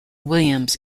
williams